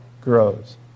grows